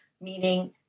meaning